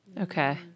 Okay